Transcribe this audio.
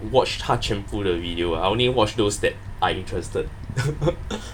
watch 他全部的 video uh I only watch those that I interested